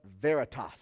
Veritas